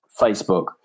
Facebook